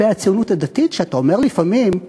כלפי הציונות הדתית, שאתה אומר לפעמים: